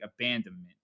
abandonment